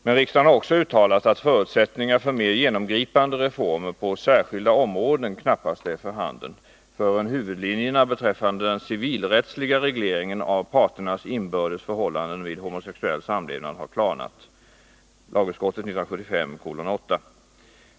Men riksdagen har också uttalat att förutsättningar för mer genomgripande reformer på särskilda områden knappast är för handen förrän huvudlinjerna beträffande den civilrättsliga regleringen av parternas inbördes förhållanden vid homosexuell samlevnad har klarnat .